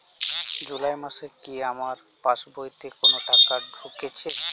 জুলাই মাসে কি আমার পাসবইতে কোনো টাকা ঢুকেছে?